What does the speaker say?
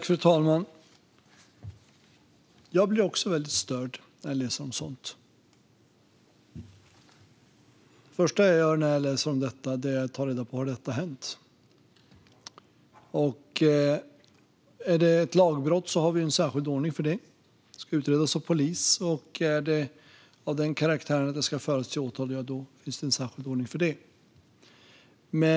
Fru talman! Jag blir också störd när jag läser om sådant. Det första jag gör när jag läser om det är att ta reda på om det har hänt. Är det ett lagbrott har vi en särskild ordning för det. Det ska utredas av polis, och är det av den karaktären att det ska föras till åtal finns det en särskild ordning för det.